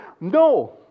No